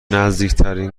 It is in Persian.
نزدیکترین